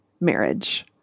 marriage